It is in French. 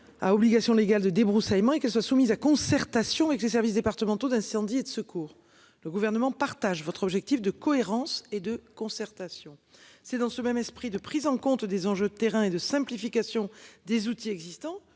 À obligation légale de débroussaillement et qu'elles soient soumises à concertation avec les services départementaux d'incendie et de secours. Le gouvernement partage votre objectif de cohérence et de concertation. C'est dans ce même esprit de prise en compte des enjeux de terrain et de simplification des outils existants